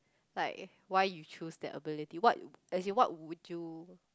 like why you choose that ability what as in what would you